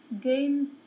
gain